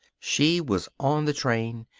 she was on the train.